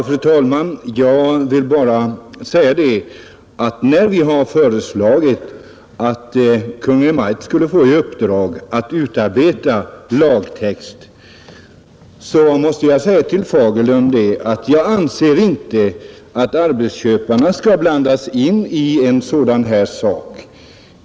Fru talman! När vi har föreslagit att Kungl. Maj:t skulle få i uppdrag att utarbeta lagtext, så måste jag säga till herr Fagerlund att jag inte anser att arbetsköparna skall blandas in i en sådan sak.